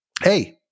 hey